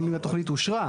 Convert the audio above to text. אלא אם התכנית אושרה.